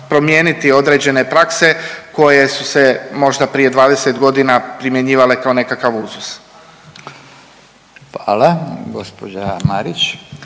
određene prakse koje su se možda prije 20 godina primjenjivali kao nekakav uzus. **Radin, Furio